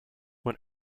when